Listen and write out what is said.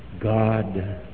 God